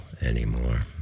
anymore